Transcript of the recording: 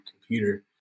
computer